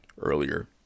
earlier